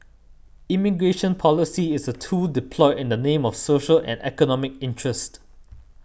immigration policy is a tool deployed in the name of social and economic interest